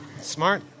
Smart